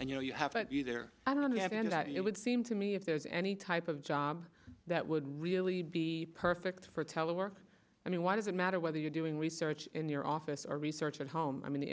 and you know you have to be there i don't have any doubt it would seem to me if there's any type of job that would really be perfect for tele work i mean why does it matter whether you're doing research in your office or research at home i mean the